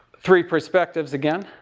three perspectives again.